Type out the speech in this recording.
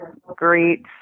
great